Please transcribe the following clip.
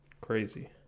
crazy